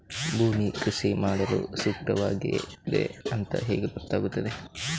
ಭೂಮಿ ಕೃಷಿ ಮಾಡಲು ಸೂಕ್ತವಾಗಿದೆಯಾ ಅಂತ ಹೇಗೆ ಗೊತ್ತಾಗುತ್ತದೆ?